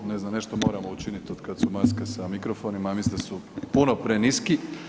Ne znam, nešto moramo učiniti od kada su maske sa mikrofonima, a mislim da su puno preniski.